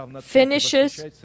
finishes